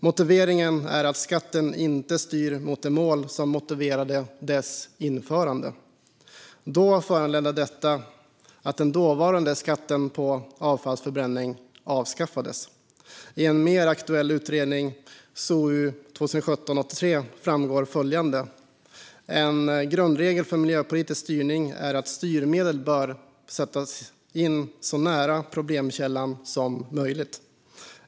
Motiveringen var att skatten inte styrde mot de mål som motiverade dess införande. Detta föranledde att den dåvarande skatten på avfallsförbränning avskaffades. I en mer aktuell utredning, SOU 2017:83, framgår följande: "En grundregel för miljöpolitisk styrning är att styrmedel bör sättas in så nära problemkällan som möjligt.